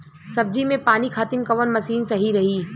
सब्जी में पानी खातिन कवन मशीन सही रही?